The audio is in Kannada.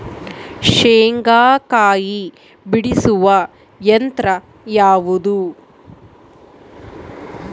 ಶೇಂಗಾಕಾಯಿ ಬಿಡಿಸುವ ಯಂತ್ರ ಯಾವುದು?